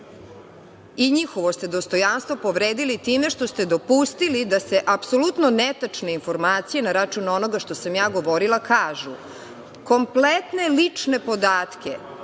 i njihovo ste dostojanstvo povredili time što ste dopustili da se apsolutno netačne informacije, na račun onoga što sam ja govorila, kažu. Kompletne lične podatke